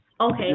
Okay